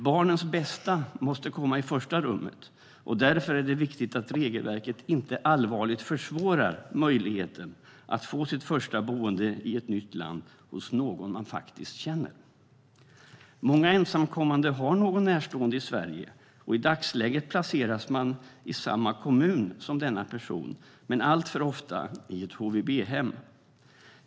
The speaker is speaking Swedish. Barnens bästa måste komma i första rummet, och därför är det viktigt att regelverket inte allvarligt försvårar möjligheten att få ett första boende i ett nytt land hos någon man faktiskt känner. Många ensamkommande har någon närstående i Sverige. I dagsläget placeras man i samma kommun som denna person men alltför ofta i ett HVB-hem.